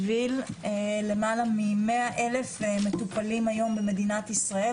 למען 100 אלף מטופלים במדינת ישראל,